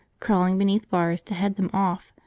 crawling beneath bars to head them off,